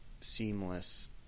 seamless